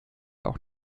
auch